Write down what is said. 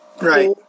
Right